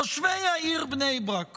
תושבי העיר בני ברק